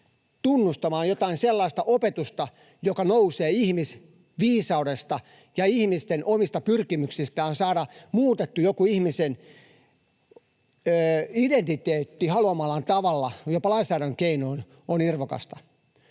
tunnustamaan jotain sellaista opetusta, joka nousee ihmisviisaudesta ja ihmisten omista pyrkimyksistä saada muutettua joku ihmisen identiteetti haluamallaan tavalla, jopa lainsäädännön keinoin, on irvokasta.